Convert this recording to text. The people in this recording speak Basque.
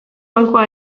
bankua